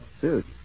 suit